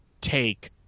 take